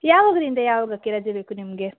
ಯಾವಾಗದಿಂದ ಯಾವಾಗಕ್ಕೆ ರಜೆ ಬೇಕು ನಿಮಗೆ